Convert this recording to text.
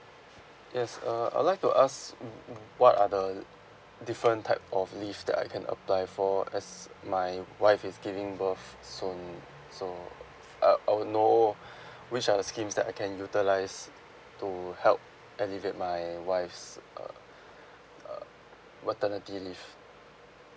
yes uh I would like to ask um um what are the different types of leave that I can apply for as my wife is giving birth soon so uh uh I will know which are the schemes that I can utilise to help elevate my wife's uh uh maternity leave